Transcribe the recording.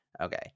Okay